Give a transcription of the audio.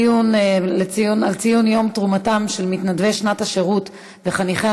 הדיון על ציון יום תרומתם של מתנדבי שנת שירות וחניכי